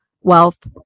wealth